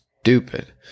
stupid